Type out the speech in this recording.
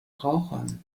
rauchern